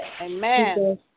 Amen